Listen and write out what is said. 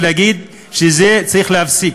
ולהגיד שאת זה צריך להפסיק?